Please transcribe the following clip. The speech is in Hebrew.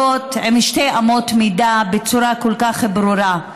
עם שתי אמות מידה בצורה כל כך ברורה.